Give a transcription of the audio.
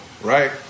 right